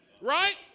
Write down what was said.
Right